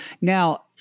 now